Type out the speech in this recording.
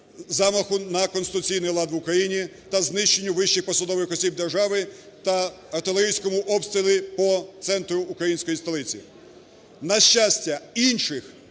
замаху на конституційний лад в Україні та знищенню вищих посадових осіб держави, та артилерійському обстрілі по центру української столиці. На щастя, інших